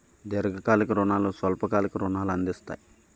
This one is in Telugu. దీర్ఘకాలిక రుణాలు స్వల్ప కాలిక రుణాలు అందిస్తాయి